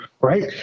right